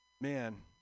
man